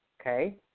okay